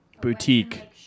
boutique